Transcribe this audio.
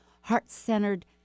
heart-centered